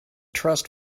trust